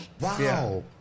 Wow